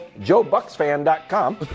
JoeBucksFan.com